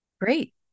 Great